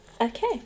okay